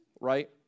Right